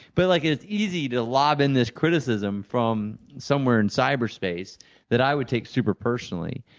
but like it's easy to lob in this criticism from somewhere in cyberspace that i would take super personally.